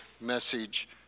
message